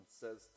says